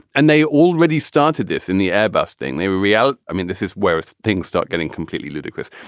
and they already started this in the airbus thing. they were real. i mean, this is where things start getting completely ludicrous.